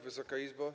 Wysoka Izbo!